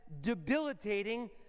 debilitating